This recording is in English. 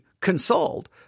Consoled